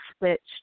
switched